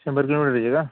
शंभर किलोमीटरचे का